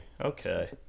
Okay